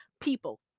people